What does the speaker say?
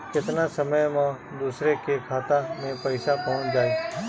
केतना समय मं दूसरे के खाता मे पईसा पहुंच जाई?